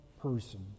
person